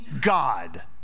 God